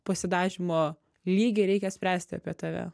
pasidažymo lygį reikia spręsti apie tave